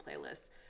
playlists